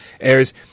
airs